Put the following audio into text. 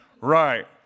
Right